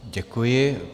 Děkuji.